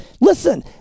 Listen